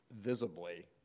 visibly